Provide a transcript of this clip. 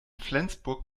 flensburg